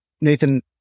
Nathan